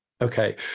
Okay